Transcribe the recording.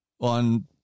on